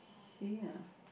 say ah